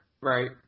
right